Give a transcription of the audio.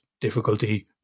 difficulty